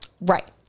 Right